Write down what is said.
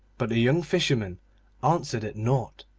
but the young fisherman answered it nought,